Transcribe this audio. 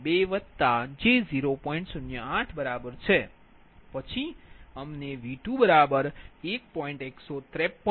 08 બરાબર છે પછી અમને V21